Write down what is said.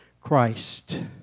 Christ